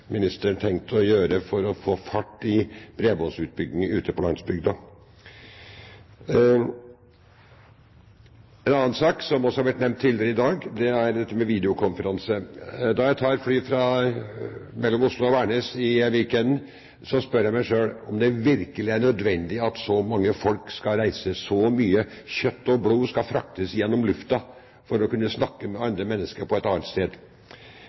ministeren tenkt å gjøre for å få fart på bredbåndsutbyggingen ute på landsbygda? En annen sak som også har vært nevnt tidligere i dag, er dette med videokonferanser. Når jeg tar fly mellom Oslo og Værnes i weekenden, spør jeg meg selv om det virkelig er nødvendig at så mange folk skal reise så mye – at kjøtt og blod skal fraktes gjennom luften for å kunne snakke med andre mennesker på et annet sted.